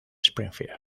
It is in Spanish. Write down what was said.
springfield